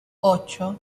ocho